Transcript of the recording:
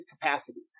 capacity